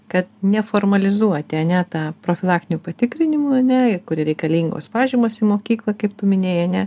kad neformalizuoti ar ne tą profilaktinių patikrinimų ar ne kuri reikalingos pažymos į mokyklą kaip tu minėjai ar ne